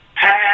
pass